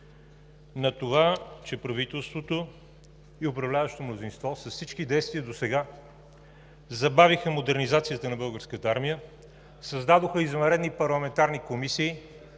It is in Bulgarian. На това, че правителството и управляващото мнозинство с всички действия досега забавиха модернизацията на Българската армия, създадоха извънредни парламентарни комисии,